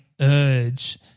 urge